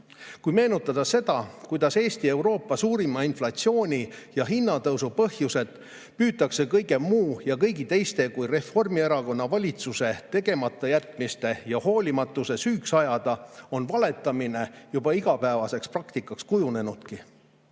Kui meenutada seda, kuidas Eesti Euroopa suurima inflatsiooni ja hinnatõusu põhjused püütakse kõige muu ja kõigi teiste kui Reformierakonna valitsuse tegematajätmiste ja hoolimatuse süüks ajada, [on selge,] et valetamine on juba igapäevaseks praktikaks kujunenud.